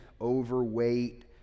overweight